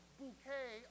bouquet